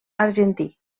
argentí